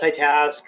multitask